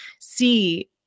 see